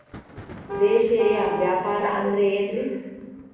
ದೇಶೇಯ ವ್ಯಾಪಾರ ಅಂದ್ರೆ ಏನ್ರಿ?